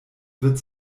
wird